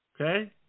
Okay